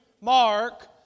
Mark